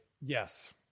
Yes